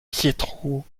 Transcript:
pietro